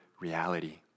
reality